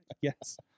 Yes